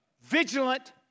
vigilant